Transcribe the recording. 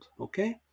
okay